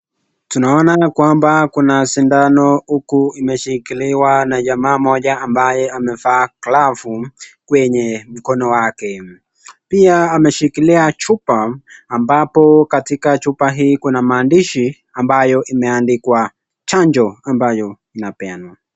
Tunaona ya kwamba kuna sindano huku imeshikiliwa na jamaa mmoja ambaye amevaa glavu kwenye mikono yake. Pia ameshikilia chupa ambapo katika chupa hii kuna maandishi amabayo imeandikwa chanjo ambayo inapeanwa.